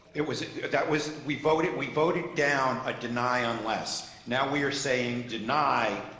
it was that was we voted, we voted down a deny on less now we are saying deny